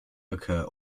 occur